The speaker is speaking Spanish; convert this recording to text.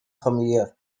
familiar